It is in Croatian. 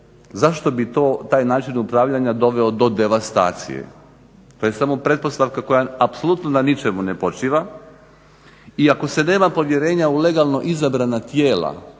Zašto bi taj način upravljanja doveo do devastacije. To je samo pretpostavka koja apsolutno na ničemu ne počiva. I ako se nema povjerenja u legalno izabrana tijela,